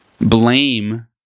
Blame